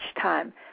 time